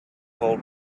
cold